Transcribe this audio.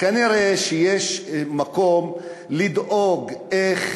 כנראה יש מקום לדאוג איך